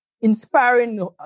inspiring